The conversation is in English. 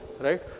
right